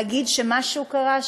להגיד שמשהו קרה,